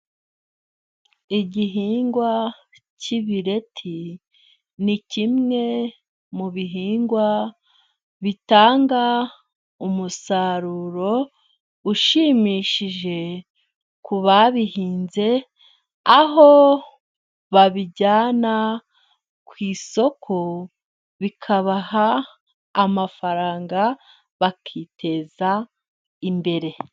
Igihingwa cy'ibireti ni kimwe mu bihingwa bitanga umusaruro ushimishije ku babihinze, aho babijyana ku isoko bikabaha amafaranga bakiteza imbere.